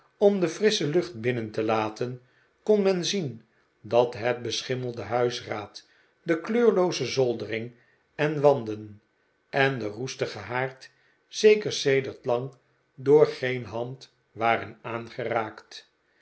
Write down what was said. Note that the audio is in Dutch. om de frissche lucht binnen te laten kon men zien dat het beschimmelde huisraad de kleurlooze zoldermg en wanden en de roestige haard zeker sedert lang door geen hand waren aangeraakt